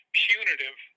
punitive